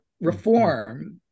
reform